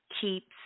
keeps